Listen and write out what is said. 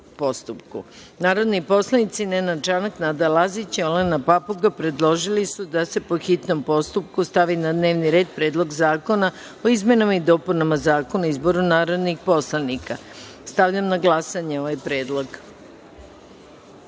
postupku. Narodni poslanici Nenad Čanak, Nada Lazić i Olena Papuga predložili su da se, po hitnom postupku, stavi na dnevni red Predlog zakona o izmenama i dopunama Zakona o izboru narodnih poslanika. Stavljam na glasanje ovaj